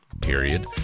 period